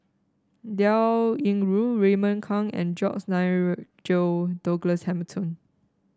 Liao Yingru Raymond Kang and George Nigel Douglas Hamilton